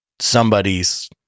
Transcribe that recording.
somebody's